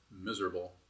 miserable